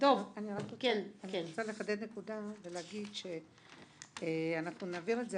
אני רוצה לחדד נקודה ולהגיד שאנחנו נעביר את זה,